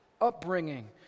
upbringing